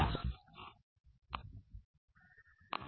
हे स्पष्ट आहे का